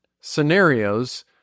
scenarios